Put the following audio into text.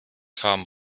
kamen